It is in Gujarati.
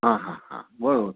હા હા હા બરોબર